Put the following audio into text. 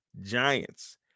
Giants